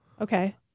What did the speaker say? Okay